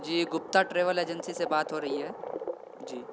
جی Gupta travel agency سے بات ہو رہی ہے جی